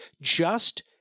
just-